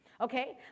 Okay